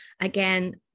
Again